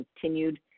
continued